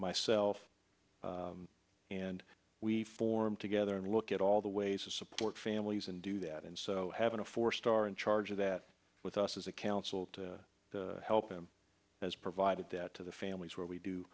myself and we form together and look at all the ways to support families and do that and so having a four star in charge of that with us as a council to help them as provided that to the families where we do